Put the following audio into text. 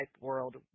world